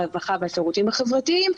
הרווחה והשירותים החברתיים,